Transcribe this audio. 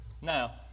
Now